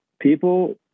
people